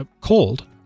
cold